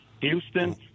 Houston